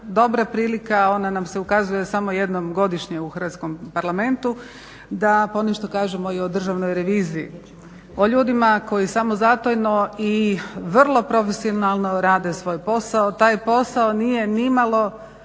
dobra prilika, ona nam se ukazuje samo jednom godišnje u Hrvatskom parlamentu da ponešto kažemo i o državnoj reviziji, o ljudima koji samozatajno i vrlo profesionalno rade svoj posao. Taj posao nije nimalo